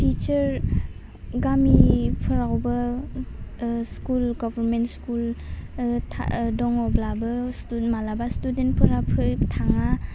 teacher गामिफोआवबो ओह school government school ओह था दङब्लाबो मालाबा स्टुडेन्टफोरा फै थाङा